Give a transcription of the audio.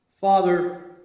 father